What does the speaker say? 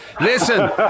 Listen